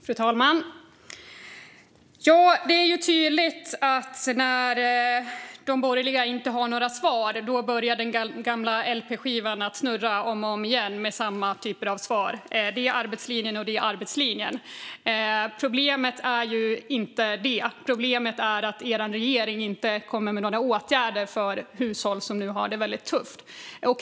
Fru talman! Det är tydligt att när de borgerliga inte har några svar börjar den gamla lp-skivan snurra om och om igen med samma typ av svar: Det är arbetslinjen, och det är arbetslinjen. Problemet är inte detta. Problemet är att er regering inte kommer med några åtgärder för hushåll som nu har det väldigt tufft.